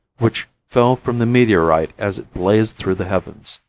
which fell from the meteorite as it blazed through the heavens.